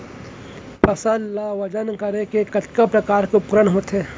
फसल ला वजन करे के कतका प्रकार के उपकरण होथे?